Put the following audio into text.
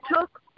took